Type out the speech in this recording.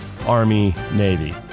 Army-Navy